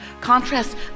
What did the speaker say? Contrast